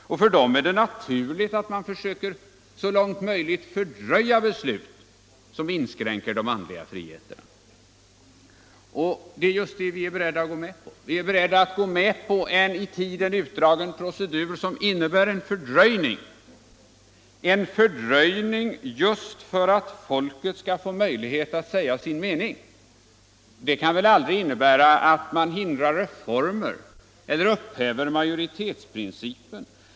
För dem är det naturligt att man söker, så långt möjligt, fördröja beslut som inskränker de andliga friheterna. Det är just det vi föreslår: en i tiden utdragen procedur, som innebär en fördröjning — en fördröjning just för att folket skall få möjlighet att säga sin mening. En sådan procedur kan väl aldrig innebära att man hindrar reformer eller upphäver majoritetsprincipen.